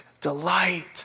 delight